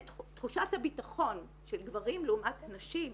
תחושת הביטחון של גברים לעומת הנשים,